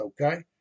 okay